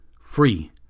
free